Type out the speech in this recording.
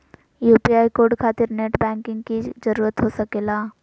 UPI code खातिर net banking की जरूरत हो सके ला?